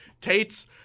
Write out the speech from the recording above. Tate's